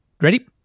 Ready